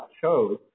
chose